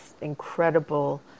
incredible